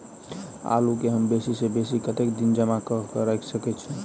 आलु केँ हम बेसी सऽ बेसी कतेक दिन जमा कऽ क राइख सकय